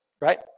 Right